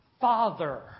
Father